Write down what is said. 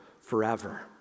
forever